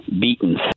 beaten